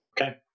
Okay